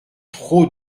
trop